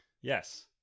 Yes